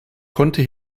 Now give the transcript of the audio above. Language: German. konnte